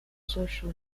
social